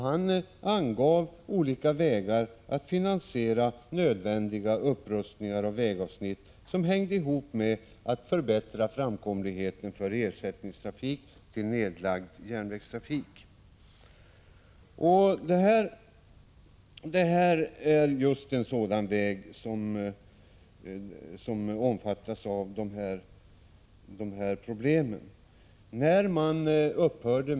Han angav olika sätt att finansiera nödvändiga upprustningar av vägavsnitt i avsikt att förbättra framkomligheten för trafik som skulle ersätta nedlagd järnvägstrafik. I det här fallet rör det sig om en väg där problemen är just dessa.